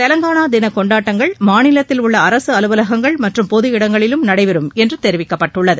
தெலங்காளா தின கொண்டாட்டங்கள் மாநிலத்தில் உள்ள அரசு அலவலகங்கள் மற்றும் பொது இடங்களிலும் நடைபெறும் என்று தெரிவிக்கப்பட்டுள்ளது